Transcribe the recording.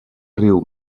riu